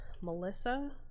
Melissa